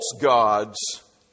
gods